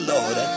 Lord